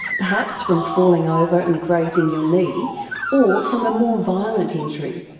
perhaps from falling over and grazing your knee or from a more violent injury.